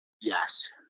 Yes